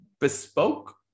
bespoke